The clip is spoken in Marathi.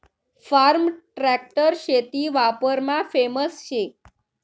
फार्म ट्रॅक्टर शेती वापरमा फेमस शे